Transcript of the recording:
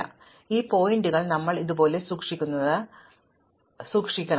അതിനാൽ ഈ പോയിന്ററുകൾ ഞങ്ങൾ ഇതുപോലെ സൂക്ഷിക്കുമെന്ന് ഞാൻ പറയുന്നത്